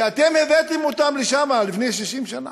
ואתם הבאתם אותם לשם לפני 60 שנה.